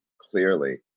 clearly